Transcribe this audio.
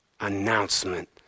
announcement